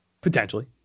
Potentially